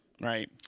right